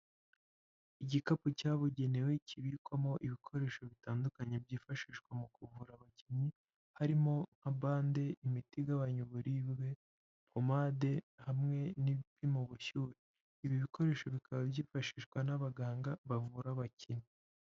Igikapu cyabugenewe kibikwamo ibikoresho bitandukanye byifashishwa mu kuvura abakinnyi harimo abande, imiti igabanya uburibwe, pomade hamwe n'ibipima ubushyuhe ibi bikoresho bikaba byifashishwa n'abaganga bavura abakinnyi.